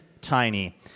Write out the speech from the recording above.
Tiny